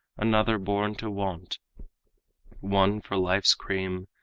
another born to want one for life's cream,